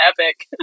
epic